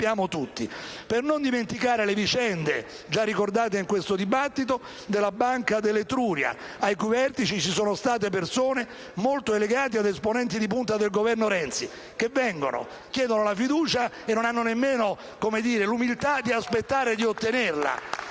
Per non dimenticare le vicende, già ricordate in questo dibattito, della Banca dell'Etruria, ai cui vertici ci sono state persone molto legate ad esponenti di punta del Governo Renzi, che vengono, chiedono la fiducia e non hanno nemmeno l'umiltà di aspettare di ottenerla.